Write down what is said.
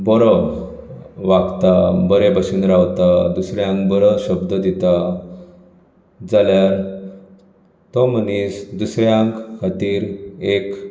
बरो वागता बरें बशेंन रावता दुसऱ्यांक बरो शब्द दिता जाल्यार तो मनीस दुसऱ्यां खातीर एक